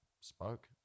spoke